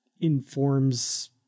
informs